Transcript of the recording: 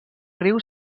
riu